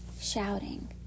shouting